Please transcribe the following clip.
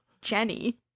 Jenny